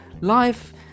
life